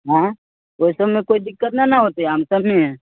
आँय ओहिसबमे कोइ दिक्कत नहि ने होतै आम सभमे